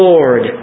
Lord